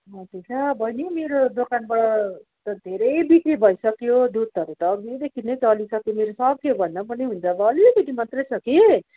हजुर ला बहिनी मेरो दोकानबाट त धेरै बिक्री भइसक्यो दुधहरू त अघिदेखि नै चलिसक्यो मेरो सक्यो भन्दा पनि हुन्छ अब अलिकति मात्रै छ कि